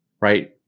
right